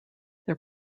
their